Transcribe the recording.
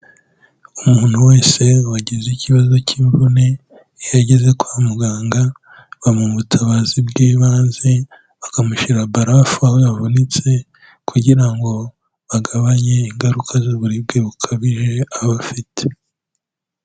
Umuntu wese wagize ikibazo cy'imvune, iyo ageze kwa muganga bamuha ubutabazi bw'ibanze, bakamushyira barafu aho yavunitse kugira ngo bagabanye ingaruka z'uburibwe bukabije aba afite.